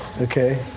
Okay